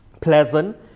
pleasant